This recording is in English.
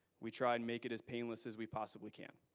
we try and make it as painless as we possibly can.